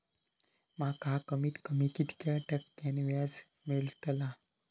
माका कमीत कमी कितक्या टक्क्यान व्याज मेलतला?